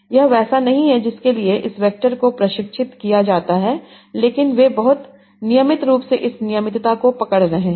यह वैसा नहीं है जिसके लिए इस वैक्टर को प्रशिक्षित किया जाता है लेकिन वे बहुत नियमित रूप से इस नियमितता को पकड़ रहे हैं